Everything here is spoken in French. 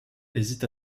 hésite